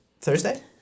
Thursday